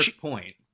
point